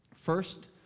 First